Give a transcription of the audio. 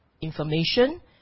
information